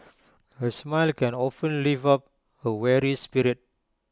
A smile can often lift up A weary spirit